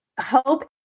hope